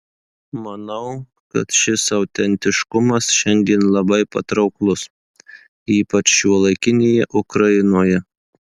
manau kad šis autentiškumas šiandien labai patrauklus ypač šiuolaikinėje ukrainoje